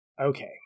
Okay